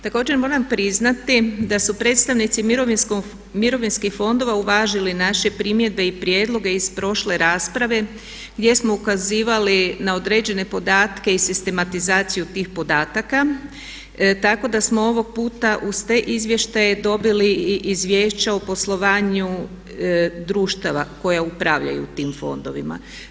Također moram priznati da su predstavnici mirovinskih fondova uvažili naše primjedbe i prijedloge iz prošle rasprave, gdje smo ukazivali na određene podatke i sistematizaciju tih podataka, tako da smo ovog puta uz te izvještaje dobili i izvješća o poslovanju društava koja upravljaju tim fondovima.